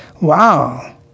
Wow